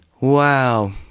Wow